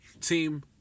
Team